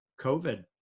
COVID